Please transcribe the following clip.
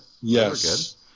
Yes